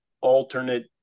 alternate